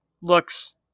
looks